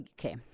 okay